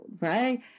right